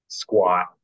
squat